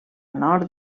nord